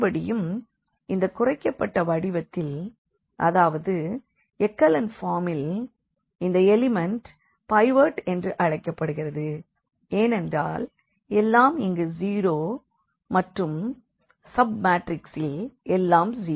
மறுபடியும் இந்த குறைக்கப்பட்ட வடிவத்தில் அதாவது எக்கலன் ஃபார்மில் இந்த எலிமண்ட் பைவோட் என்று அழைக்கப்படுகிறது ஏனென்றால் எல்லாம் இங்கு 0 மற்றும் சப் மாற்றிக்ஸில் எல்லாம் 0